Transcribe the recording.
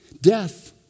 Death